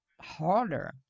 harder